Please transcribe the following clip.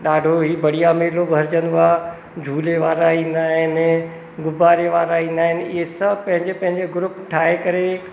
ॾाढो ई बढ़िया मेलो भरजंदो आहे झूले वारा ईंदा आहिनि गुबारे वारा ईंदा आहिनि इहे सभु पंहिंजे पंहिंजे ग्रुप ठाहे करे